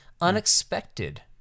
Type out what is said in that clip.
unexpected